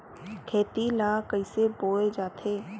खेती ला कइसे बोय जाथे?